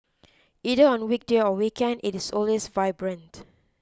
either on weekday or weekend it is always vibrant